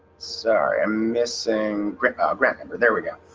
sorry missing grandma grandma her. there we go.